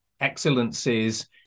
Excellencies